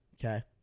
Okay